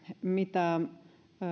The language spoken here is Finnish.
mitä